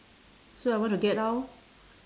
so I want to get out lor